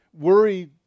worry